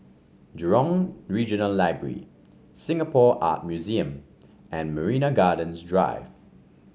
Jurong Regional Library Singapore Art Museum and Marina Gardens Drive